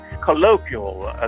colloquial